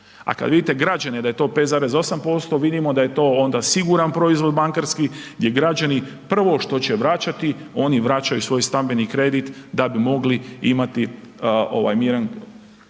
a kad vidite građane da je to 5,8%, vidimo da je to onda siguran proizvod bankarski gdje građani prvo što će vraćati, oni vraćaju svoj stambeni kredit da bi mogli imati mirno